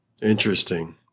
Interesting